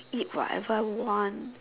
eat whatever want